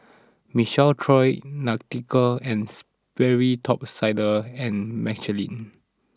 Michael Trio Nautica and Sperry Top Sider and Michelin